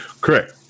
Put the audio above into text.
Correct